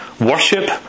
worship